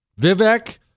vivek